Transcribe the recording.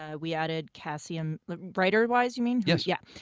ah we added kassia um like writer-wise you mean? yes. yeah,